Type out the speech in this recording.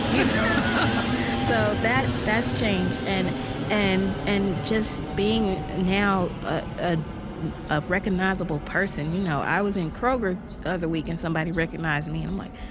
yeah and so that's that's changed and and and just being now ah ah a recognizable person. you know, i was in kroger the other week, and somebody recognized me. and i'm like,